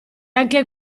anche